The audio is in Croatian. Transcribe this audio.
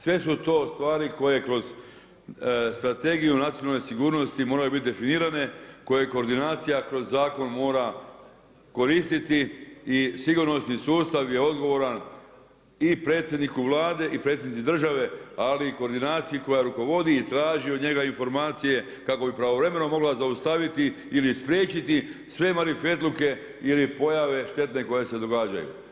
Sve su to stvari koje kroz Strategiju nacionalne sigurnosti moraju biti definirane, koje koordinacija kroz zakon mora koristiti i sigurnosni sustav je odgovoran i predsjedniku Vlade i predsjednici države ali i koordinaciji koja rukovodi i traži od njega informacije kako bi pravovremeno mogla zaustaviti ili spriječiti sve marifetluke ili pojave štetne koje se događaju.